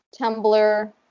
Tumblr